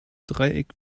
dreieck